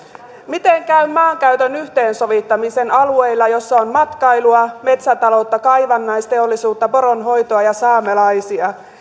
miten käy maankäytön yhteensovittamisen alueilla missä on matkailua metsätaloutta kaivannaisteollisuutta poronhoitoa ja saamelaisia